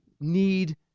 need